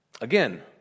Again